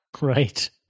Right